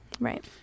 Right